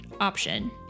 option